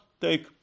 take